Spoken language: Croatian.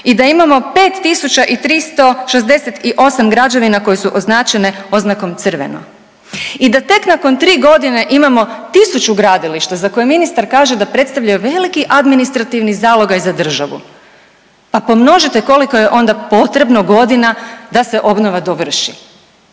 5 tisuća i 368 građevina koje su označene oznakom crveno i da tek nakon 3.g. imamo tisuću gradilišta za koje ministar kaže da predstavljaju veliki administrativni zalogaj za državu. Pa pomnožite koliko je onda potrebno godina da se obnova dovrši